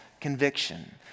conviction